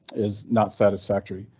is not satisfactory.